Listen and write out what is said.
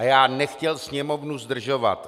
Já nechtěl Sněmovnu zdržovat.